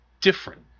different